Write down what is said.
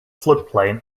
floodplain